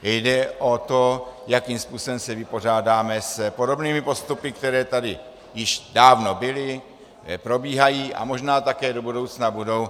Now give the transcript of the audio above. Jde o to, jakým způsobem se vypořádáme s podobnými postupy, které tady již dávno byly, probíhají a možná také do budoucna budou.